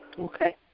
Okay